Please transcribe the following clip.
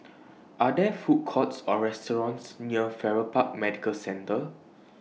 Are There Food Courts Or restaurants near Farrer Park Medical Centre